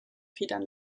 federn